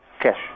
Cash